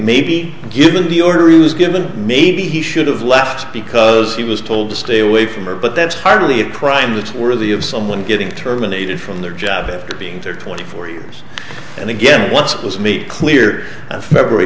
maybe given the order is given maybe he should have left because he was told to stay away from her but that's hardly a crime that's worthy of someone getting terminated from their job after being there twenty four years and again once it was made clear february